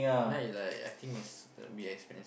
night like I think is we expand